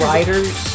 Riders